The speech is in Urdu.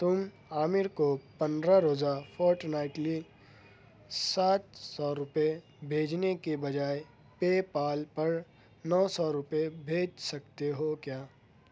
تم عامر کو پندرہ روزہ فورٹ نائٹلی سات سو روپے بھیجنے کے بجائے پے پال پر نو سو روپے بھیج سکتے ہو کیا